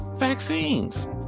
vaccines